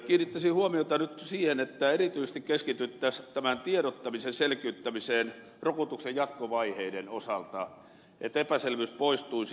kiinnittäisin huomiota nyt siihen että erityisesti keskityttäisiin tämän tiedottamisen selkiyttämiseen rokotuksen jatkovaiheiden osalta että epäselvyys poistuisi